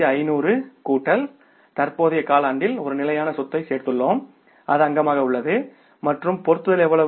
12500 கூட்டல் தற்போதைய காலாண்டில் ஒரு நிலையான சொத்தை சேர்த்துள்ளோம் அது அங்கமாக உள்ளது மற்றும் பொருத்துதல் எவ்வளவு